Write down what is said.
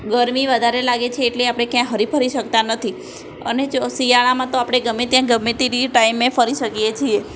ગરમી વધારે લાગે છે એટલે આપણે ક્યાંય હરીફરી શકતા નથી અને જો શિયાળામાં તો આપણે ગમે ત્યાં ગમે તીરી ટાઈમે ફરી શકીએ છીએ